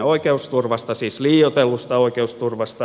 oikeusturvasta siis liioitellusta oikeusturvasta